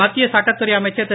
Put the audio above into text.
மத்திய சட்டத்துறை அமைச்சர் திரு